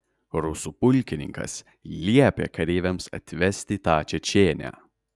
rusų pulkininkas liepė kareiviams atvesti tą čečėnę